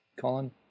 Colin